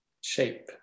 shape